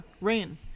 rain